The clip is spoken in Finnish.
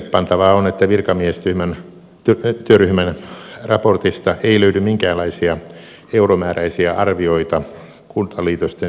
merkillepantavaa on että virkamiestyöryhmän raportista ei löydy minkäänlaisia euromääräisiä arvioita kuntaliitosten säästöistä